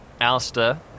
Alistair